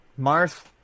Marth